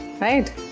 Right